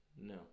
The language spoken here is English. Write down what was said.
no